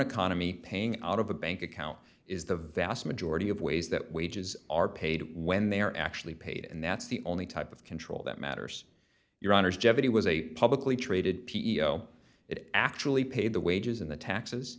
economy paying out of a bank account is the vast majority of ways that wages are paid when they are actually paid and that's the only type of control that matters your honour's jenny was a publicly traded p e o it actually paid the wages in the taxes